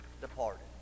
departed